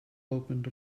opened